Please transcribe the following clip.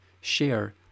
share